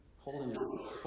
holding